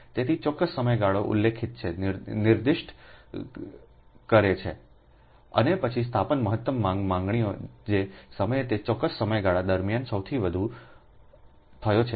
તેથી ચોક્કસ સમયગાળો ઉલ્લેખિત છે નિર્દિષ્ટ કરે છે અને પછી સ્થાપન મહત્તમ માંગ માગણીઓ જે સમયે તે ચોક્કસ સમયગાળા દરમિયાન સૌથી વધુ થયો છે તે છે